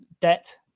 debt